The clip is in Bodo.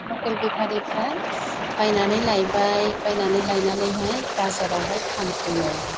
लकेल बेफारिफ्रा बायनानै लायबाय बायनानै लायनानैहाय बाजारावहाय फानफैयो